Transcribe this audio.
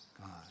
God